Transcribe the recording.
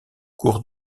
cours